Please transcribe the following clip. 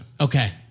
Okay